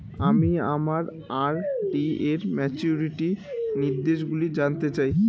আমি আমার আর.ডি র ম্যাচুরিটি নির্দেশগুলি জানতে চাই